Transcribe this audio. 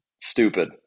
stupid